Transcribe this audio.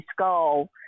skull